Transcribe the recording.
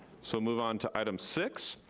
so move on to item six,